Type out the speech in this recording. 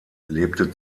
lebte